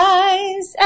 eyes